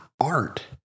art